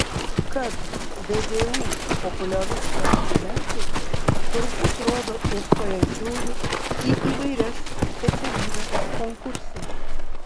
kad vdu populiarus tarp studentų turbūt rodo ir stojančiųjų į įvairias specialybes konkursai